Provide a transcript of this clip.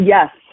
Yes